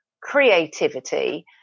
creativity